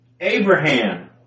Abraham